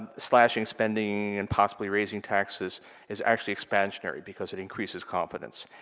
slashing spending and possibly raising taxes is actually expansionary, because it increases confidence.